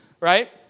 right